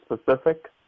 specific